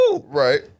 Right